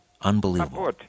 Unbelievable